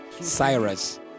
Cyrus